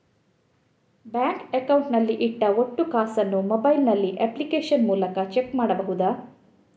Bank account ನಲ್ಲಿ ಇಟ್ಟ ಒಟ್ಟು ಕಾಸನ್ನು ಮೊಬೈಲ್ ನಲ್ಲಿ ಅಪ್ಲಿಕೇಶನ್ ಮೂಲಕ ಚೆಕ್ ಮಾಡಬಹುದಾ?